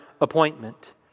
appointment